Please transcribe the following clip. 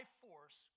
force